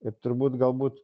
ir turbūt galbūt